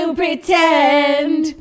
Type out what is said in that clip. pretend